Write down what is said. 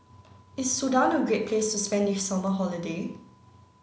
is Sudan a great place to spend the summer holiday